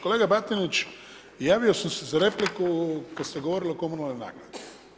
Kolega Batinić, javio sam se za repliku kad ste govorili o komunalnoj naknadi.